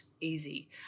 easy